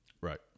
Right